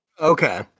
Okay